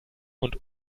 und